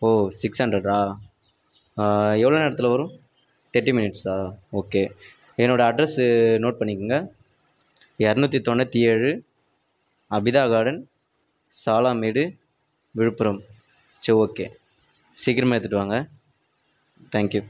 ஓ six ஹண்ட்ரடா எவ்வளோ நேரத்தில் வரும் தேட்டி மினிட்ஸா ஓகே என்னோடய அட்ரஸ்ஸு நோட் பண்ணிக்கோங்க இரநூத்தி தொண்ணூற்றி ஏழு அபிதா கார்டன் சாலமேடு விழுப்புரம் சே ஓகே சீக்கிரமே எடுத்துகிட்டு வாங்க தேங்க் யூ